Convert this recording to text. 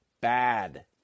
bad